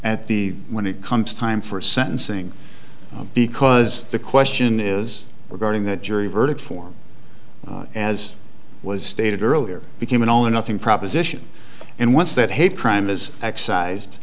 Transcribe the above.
at the when it comes time for sentencing because the question is regarding that jury verdict form as was stated earlier became an all or nothing proposition and once that hate crime is excised